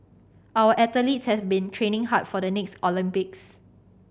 our athletes has been training hard for the next Olympics